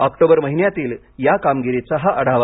October महिन्यातील या कामगिरीचा हा आढावा